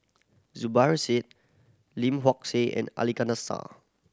Zubir Said Lim Hock Siew and Ali Iskandar Shah